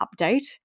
update